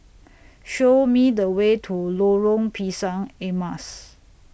Show Me The Way to Lorong Pisang Emas